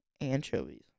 anchovies